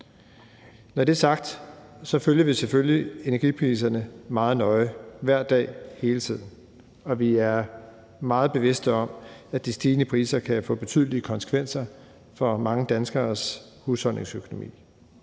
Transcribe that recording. Når det er sagt, følger vi selvfølgelig energipriserne meget nøje hver dag, hele tiden, og vi er meget bevidste om, at de stigende priser kan få betydelige konsekvenser for mange danskeres husholdningsøkonomi.